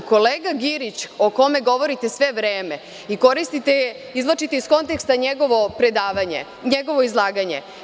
Kolega Girić o kome govorite sve vreme, i izvlačite iz konteksta njegovo predavanje, njegovo izlaganje.